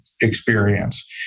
experience